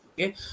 Okay